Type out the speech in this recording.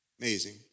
Amazing